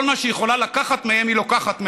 כל מה שהיא יכולה לקחת מהם, היא לוקחת מהם.